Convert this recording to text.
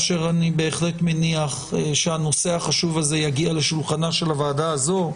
אני בהחלט מניח שהנושא החשוב הזה יגיע לשולחנה של הוועדה הזאת,